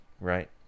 right